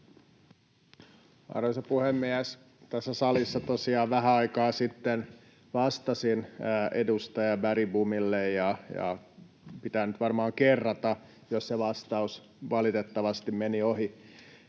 Arvoisa puhemies! Tässä salissa tosiaan vähän aikaa sitten vastasin edustaja Bergbomille, ja pitää nyt varmaan kerrata, jos se vastaus valitettavasti meni ohi.